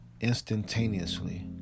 instantaneously